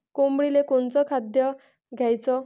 कोंबडीले कोनच खाद्य द्याच?